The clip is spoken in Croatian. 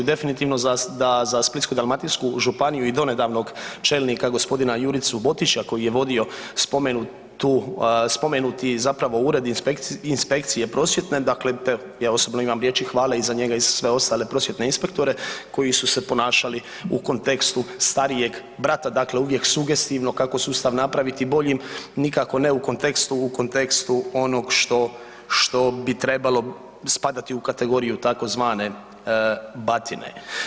Definitivno da za Splitsko-dalmatinsku županiji i donedavnog čelnika gospodina Juricu Botića koji je vodio spomenuti zapravo ured inspekcije prosvjetne, dakle ja osobno imam riječi hvale i za njega i za sve ostale prosvjetne inspektore koji su se ponašali u kontekstu starijeg brata, dakle uvijek sugestivno kako sustav napraviti boljim, nikako ne u kontekstu u kontekstu onog što bi trebalo spadati u kategoriju tzv. batine.